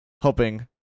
hoping